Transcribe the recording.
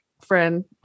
friend